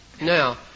Now